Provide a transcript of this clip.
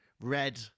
red